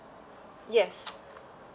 yes